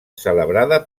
celebrada